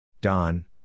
Don